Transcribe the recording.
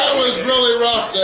was really rough